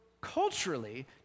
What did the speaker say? culturally